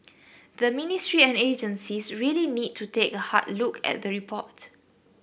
the ministry and agencies really need to take a hard look at the report